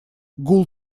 гул